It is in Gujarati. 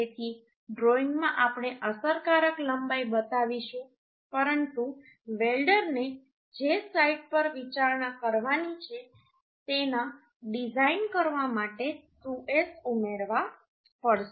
તેથી ડ્રોઇંગમાં આપણે અસરકારક લંબાઈ બતાવીશું પરંતુ વેલ્ડરને જે સાઇટ પર વિચારણા કરવાની છે તેના ડિઝાઇન કરવા માટે 2S ઉમેરવા પડશે